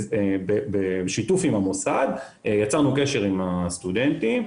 בשיתוף עם המוסד יצרנו קשר עם הסטודנטים,